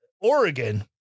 Oregon